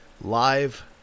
live